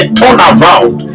turnaround